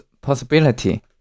Possibility